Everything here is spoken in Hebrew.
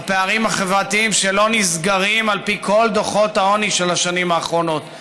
הפערים החברתיים שלא נסגרים על פי כל דוחות העוני של השנים האחרונות.